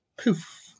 poof